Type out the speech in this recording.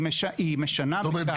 היא משנה --- זאת אומרת,